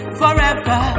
forever